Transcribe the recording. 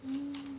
um